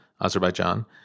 Azerbaijan